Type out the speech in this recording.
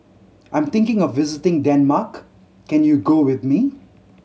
I am thinking of visiting Denmark can you go with me